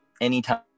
anytime